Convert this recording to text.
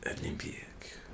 Olympic